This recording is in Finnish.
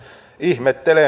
ihmettelen